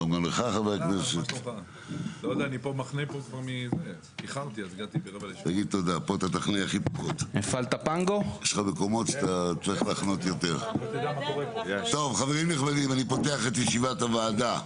חברים נכבדים, אני פותח את ישיבת הוועדה.